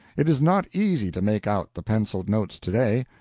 it is not easy to make out the penciled notes today.